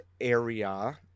area